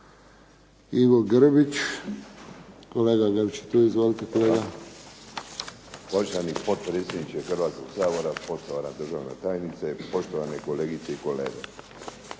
Izvolite kolega. **Grbić, Ivo (HDZ)** Poštovani potpredsjedniče Hrvatskog sabora, poštovana državna tajnice, poštovane kolegice i kolege.